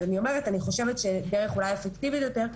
אז אני אומרת שאני חושבת שאולי הדרך האטרקטיבית יותר,